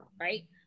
right